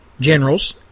generals